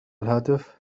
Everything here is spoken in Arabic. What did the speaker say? الهاتف